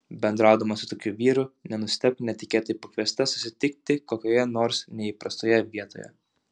bendraudama su tokiu vyru nenustebk netikėtai pakviesta susitikti kokioje nors neįprastoje vietoje